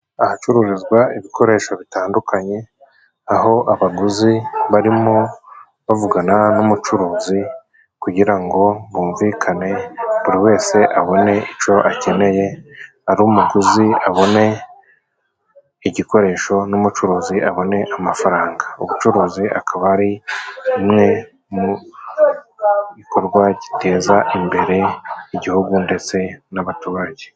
Ahacururizwa ibikoresho bitandukanye, aho abaguzi barimo bavugana n'umucuruzi, kugira ngo bumvikane buri wese abone ico akeneye, ari umuguzi abone igikoresho n'ubucuruzi abone amafaranga. Ubucuruzi akaba ari bumwe mu bikorwa giteza imbere igihugu ndetse n'abaturage.